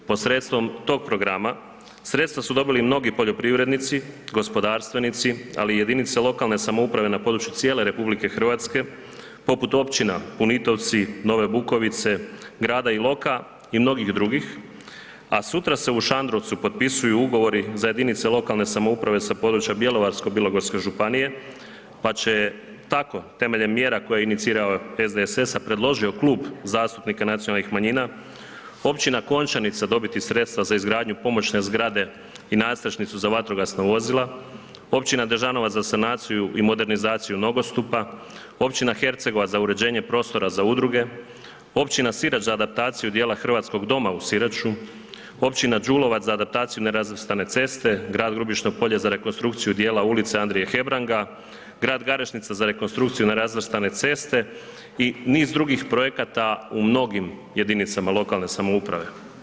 Posredstvom tog programa, sredstva su dobili i mnogi poljoprivrednici, gospodarstvenici, ali i jedinice lokalne samouprave na području cijele RH poput općina Punitovci, Nove Bukovice, grada Iloka i mnogih drugi, a sutra se u Šandrovcu potpisuju ugovori za jedinice lokalne samouprave sa područja Bjelovarko-bilogorske županije pa će tako temeljem mjera koje inicirao SDSS, a predložio Kluba zastupnika nacionalnih manjina, općina Končanica dobiti sredstva za izgradnju pomoćne zgrade i nadstrešnicu za vatrogasna vozila, općina Dežanovac za sanaciju i modernizaciju nogostupa, općina Hercegovac za uređenje prostora za udruge, općina Sirač za adaptaciju dijela hrvatskog doma u Siraču, općina Đulovac za adaptaciju nerazvrstane ceste, grad Grubišno Polje za rekonstrukciju dijela Ulice Andrije Hebranga, grad Garešnica za rekonstrukciju nerazvrstane ceste i niz drugih projekata u mnogim jedinicama lokalne samouprave.